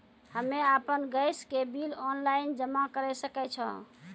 हम्मे आपन गैस के बिल ऑनलाइन जमा करै सकै छौ?